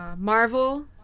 Marvel